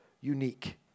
unique